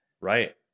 Right